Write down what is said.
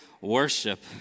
worship